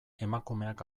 emakumeak